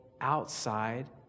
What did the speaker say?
outside